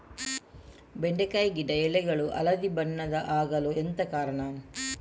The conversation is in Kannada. ಬೆಂಡೆಕಾಯಿ ಗಿಡ ಎಲೆಗಳು ಹಳದಿ ಬಣ್ಣದ ಆಗಲು ಎಂತ ಕಾರಣ?